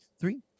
Three